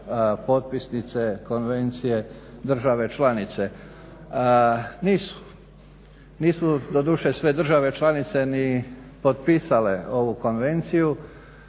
potpisnice konvencije države članice? Nisu. Nisu doduše sve države članice ni potpisale ovu konvenciju.